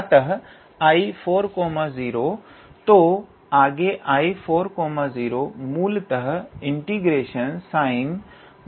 अतः 𝐼40 तो आगे 𝐼40 मूलतः ∫𝑠𝑖𝑛4𝑥𝑑𝑥 है